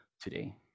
Today